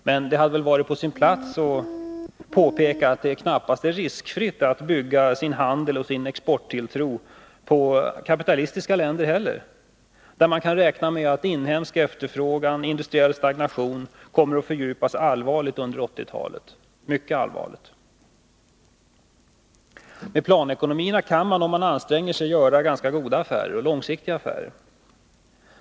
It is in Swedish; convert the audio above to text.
Med det hade väl varit på sin plats att påpeka att det knappast heller är riskfritt att bygga sin handel och sin exporttilltro på kapitalistiska länder, där man kan räkna med att inhemsk efterfrågan och industriell stagnation kommer att fördjupas mycket allvarligt under 1980-talet. Med planekonomierna kan man — om man anstränger sig — göra ganska goda och långsiktiga affärer.